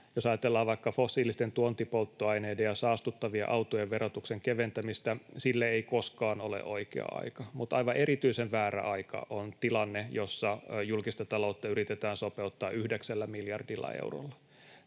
Jos ajatellaan vaikka fossiilisten tuontipolttoaineiden ja saastuttavien autojen verotuksen keventämistä, sille ei koskaan ole oikea aika, mutta aivan erityisen väärä aika on tilanne, jossa julkista taloutta yritetään sopeuttaa yhdeksällä miljardilla eurolla.